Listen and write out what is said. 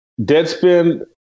Deadspin